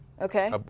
Okay